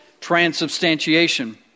transubstantiation